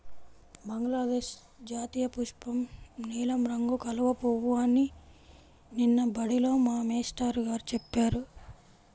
బంగ్లాదేశ్ జాతీయపుష్పం నీలం రంగు కలువ పువ్వు అని నిన్న బడిలో మా మేష్టారు గారు చెప్పారు